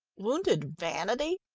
wounded vanity?